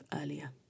earlier